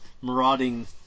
marauding